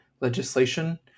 legislation